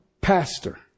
pastor